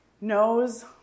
knows